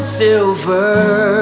silver